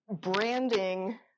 branding